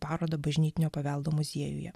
parodą bažnytinio paveldo muziejuje